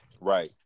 Right